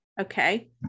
okay